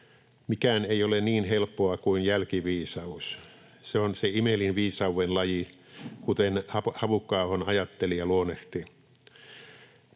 Mikään ei ole niin helppoa kuin jälkiviisaus. ”Se on se imelin viisauven laji”, kuten Havukka-ahon ajattelija luonnehti.